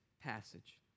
passage